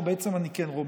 או בעצם אני כן רומז,